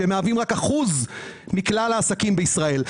שמהווים רק אחוז אחד מכלל העסקים בישראל.